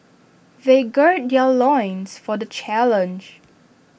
they gird their loins for the challenge